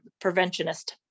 preventionist